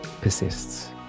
persists